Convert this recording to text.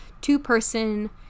two-person